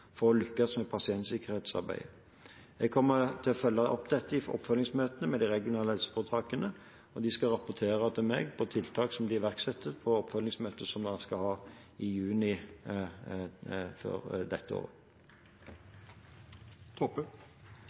for å lykkes med pasientsikkerhetsarbeidet. Jeg kommer til å følge opp dette i oppfølgingsmøtene med de regionale helseforetakene, og de skal rapportere til meg om tiltak som de iverksetter, på oppfølgingsmøtet som vi skal ha i juni dette året.